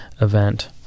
event